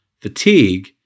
fatigue